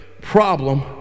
problem